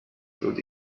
through